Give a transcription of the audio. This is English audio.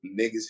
niggas